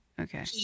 Okay